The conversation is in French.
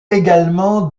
également